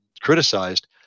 criticized